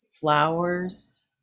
flowers